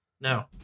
No